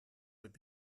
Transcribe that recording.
would